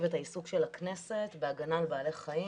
את העיסוק של הכנסת בהגנה על בעלי חיים.